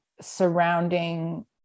surrounding